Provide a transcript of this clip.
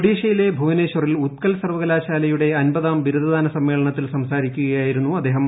ഒഡീഷയിലെ ഭുവന്റേശ്ചിൽ ഉത്കൽ സർവകലാശാലയുടെ അമ്പതാം ബിരുദദാന സ്മ്മേളനത്തിൽ സംസാരിക്കുകയായിരുന്നു അദ്ദേഹം